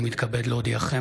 אני מתכבד להודיעכם,